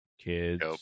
kids